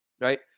right